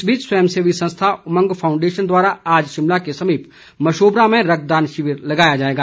इस बीच स्वयं सेवी संस्था उमंग फाउंडेशन द्वारा आज शिमला के समीप मशोबरा में रक्तदान शिविर लगाया जाएगा